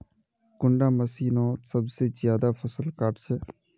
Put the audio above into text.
कुंडा मशीनोत सबसे ज्यादा फसल काट छै?